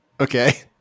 Okay